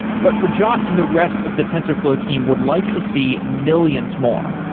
but rajat and the rest of the tensorflow team would like to see millions more.